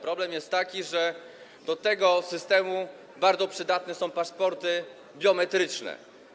Problem jest taki, że do tego systemu bardzo przydatne są paszporty biometryczne.